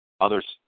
Others